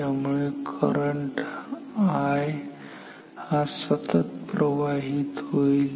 त्यामुळे current I हा सतत प्रवाहित होईल